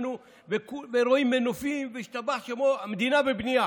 רואים מנופים, וישתבח שמו, המדינה בבנייה,